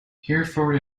hereford